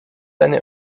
eine